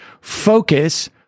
focus